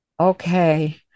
Okay